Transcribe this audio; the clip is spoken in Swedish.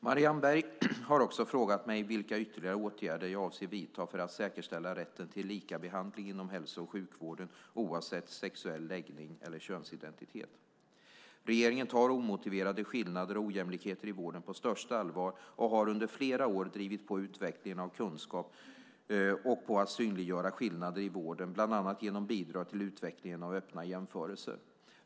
Marianne Berg har också frågat mig vilka ytterligare åtgärder jag avser att vidta för att säkerställa rätten till likabehandling inom hälso och sjukvården oavsett sexuell läggning eller könsidentitet. Regeringen tar omotiverade skillnader och ojämlikheter i vården på största allvar och har under flera år drivit på utvecklingen av kunskap. Man vill synliggöra skillnaderna i vården bland annat genom bidrag till utvecklingen av öppna jämförelser.